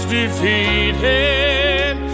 defeated